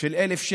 של 1,000 שקל.